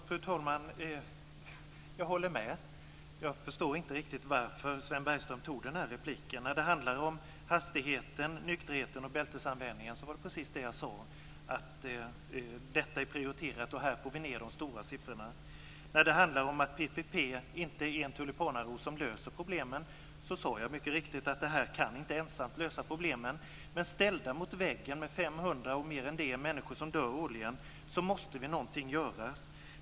Fru talman! Jag håller med. Jag förstår inte riktigt varför Sven Bergström begärde den här repliken. När det handlar om hastigheten, nykterheten och bältesanvändningen var det precis det här som jag sade. Det är prioriterat, och här får vi ned de stora siffrorna. När det handlar om att PPP inte är en tulipanaros som löser problemen sade jag mycket riktigt att PPP ensamt inte kan lösa problemen. Men ställda mot väggen, med fler än 500 människor som dör årligen, så måste något göras.